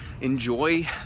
enjoy